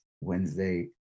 Wednesday